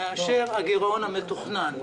מאשר הגירעון המתוכנן.